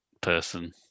person